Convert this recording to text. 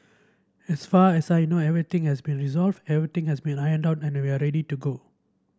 as far as I know everything has been resolved everything has been ironed out and we are ready to go